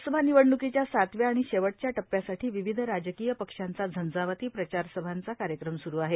लोकसभा निवडणुकीच्या सातव्या आणि शेवटच्या टप्प्यासाठी विविध राजकीय पक्षांचा झंजावाती प्रचार सभांचा कार्यक्रम सुरू आहे